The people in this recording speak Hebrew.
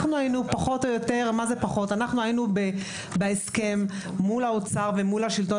אנחנו היינו פחות אוו יותר בהסכם מול האוצר ומול השלטון